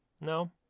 No